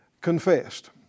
confessed